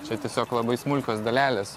čia tiesiog labai smulkios dalelės